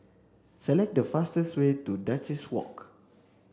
select the fastest way to Duchess Walk